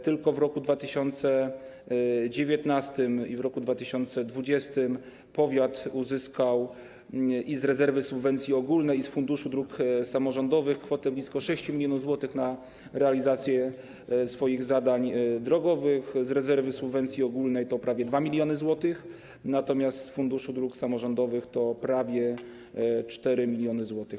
Tylko w roku 2019 i 2020 powiat uzyskał i z rezerwy subwencji ogólnej, i z Funduszu Dróg Samorządowych kwotę blisko 6 mln zł na realizację swoich zdań drogowych - z rezerwy subwencji ogólnej to prawie 2 mln zł, natomiast z Funduszu Dróg Samorządowych to prawie 4 mln zł.